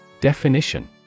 Definition